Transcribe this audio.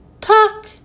talk